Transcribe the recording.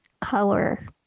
color